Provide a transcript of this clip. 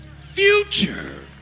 future